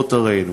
ברחובות ערינו,